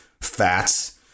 fats